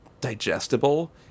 digestible